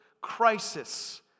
crisis